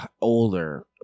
Older